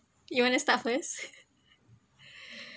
you want to start first